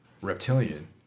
Reptilian